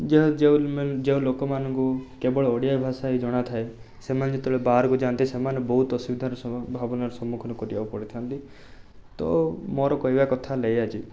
ଯେଉଁ ଯେଉଁ ଯେଉଁ ଲୋକମାନଙ୍କୁ କେବଳ ଓଡ଼ିଆ ଭାଷା ହିଁ ଜଣାଥାଏ ସେମାନେ ଯେତେବେଳେ ବାହାରକୁ ଯାଆନ୍ତି ସେମାନେ ବହୁତ ଅସୁବିଧାର ଭାବନାର ସମ୍ମୁଖୀନ କରିବାକୁ ପଡ଼ିଥାନ୍ତି ତ ମୋର କହିବା କଥା ହେଲା ଏୟା ଯେ